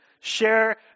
share